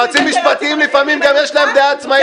יועצים משפטיים לפעמים גם יש להם דעה עצמאית,